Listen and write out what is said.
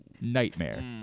Nightmare